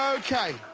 okay.